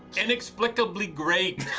inexplicably great.